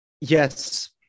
Yes